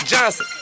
Johnson